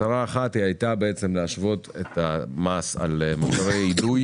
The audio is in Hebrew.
מטרה אחת הייתה להשוות את המס על סיגריות